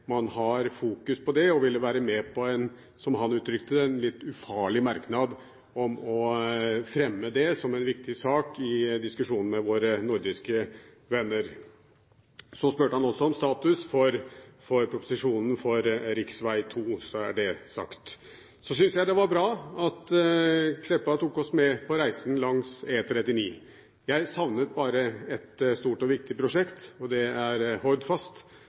har fokus på det og ville være med på – som han uttrykte det – en litt ufarlig merknad om å fremme det som en viktig sak i diskusjonene med våre nordiske venner. Så spurte han også om status for proposisjonen for rv. 2, så er det sagt. Så synes jeg det var bra at Meltveit Kleppa tok oss med på reisen langs E39. Jeg savnet bare ett stort og viktig prosjekt, og det er